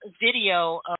video